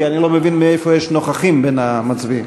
כי אני לא מבין מאיפה יש נוכחים בין המצביעים.